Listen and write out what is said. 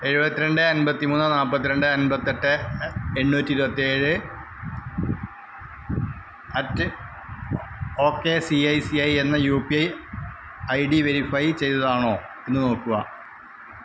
എഴുപത്തിരണ്ട് അൻപത്തിമൂന്ന് നാൽപ്പത്തിരണ്ട് അൻപത്തെട്ട് എണ്ണൂറ്റി ഇരുപത്തേഴ് at O K C I C I എന്ന U P I I D verify ചെയ്തതാണോ എന്ന് നോക്കുക